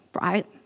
right